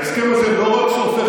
בנימין נתניהו (הליכוד): ההסכם הזה לא רק שהופך